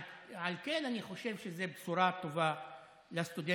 על כן אני חושב שזו בשורה טובה לסטודנטים.